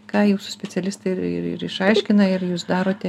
ką jūsų specialistai ir ir ir išaiškina ir jūs darote